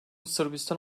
sırbistan